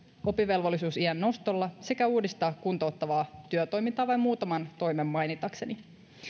oppivelvollisuusiän nostolla sekä uudistaa kuntouttavaa työtoimintaa vain muutaman toimen mainitakseni